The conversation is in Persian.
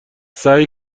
سعی